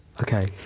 Okay